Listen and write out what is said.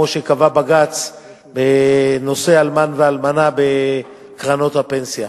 כמו שקבע בג"ץ בנושא אלמן ואלמנה בקרנות הפנסיה.